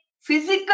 physical